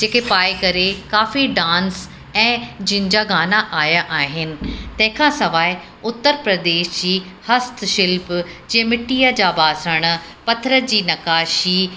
जेके पाए करे काफ़ी डांस ऐं जिनि जा गाना आया आहिनि तंहिं खां सवाइ उत्तर प्रदेश जी हस्त शिल्प जे मिट्टीअ जा बासण पत्थर जी नक्काशी